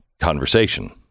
conversation